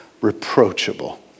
reproachable